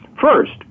first